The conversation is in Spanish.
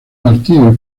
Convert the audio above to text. partido